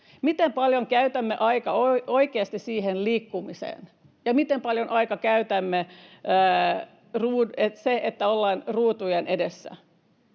Miten paljon käytämme aikaa oikeasti siihen liikkumiseen, ja miten paljon aikaa käytämme siihen, että ollaan ruutujen edessä?